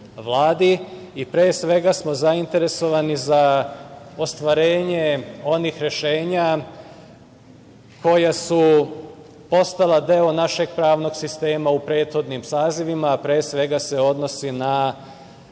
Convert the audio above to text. Vladi. Pre svega smo zainteresovani za ostvarenje onih rešenja koja su postala deo našeg pravnog sistema u prethodnim sazivima, a pre svega se odnosi na